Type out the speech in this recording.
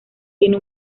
tiene